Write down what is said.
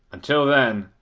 until then,